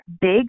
big